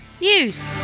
news